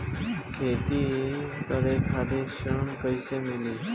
खेती करे खातिर ऋण कइसे मिली?